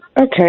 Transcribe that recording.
Okay